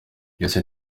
yesu